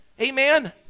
Amen